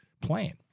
plan